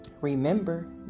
Remember